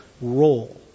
role